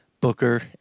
Booker